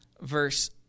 verse